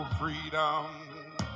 freedom